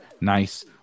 nice